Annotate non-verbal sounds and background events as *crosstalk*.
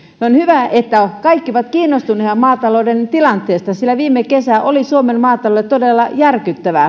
asia on hyvä että kaikki ovat kiinnostuneita maatalouden tilanteesta sillä viime kesä oli suomen maataloudelle todella järkyttävä *unintelligible*